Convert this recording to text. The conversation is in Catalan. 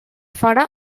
farà